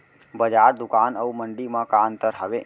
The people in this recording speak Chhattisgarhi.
बजार, दुकान अऊ मंडी मा का अंतर हावे?